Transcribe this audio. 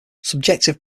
subjective